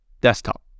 Desktop